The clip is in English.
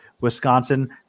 Wisconsin